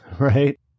right